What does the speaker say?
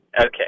Okay